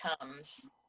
comes